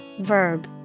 verb